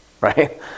Right